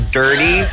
dirty